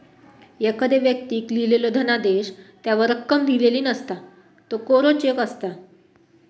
एखाद्दो व्यक्तीक लिहिलेलो धनादेश त्यावर रक्कम लिहिलेला नसता, त्यो कोरो चेक असता